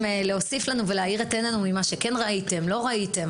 להוסיף לנו ולהאיר את עינינו ממה שכן ראיתם או לא ראיתם,